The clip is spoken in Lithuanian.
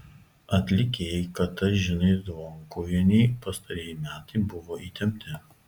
atlikėjai katažinai zvonkuvienei pastarieji metai buvo įtempti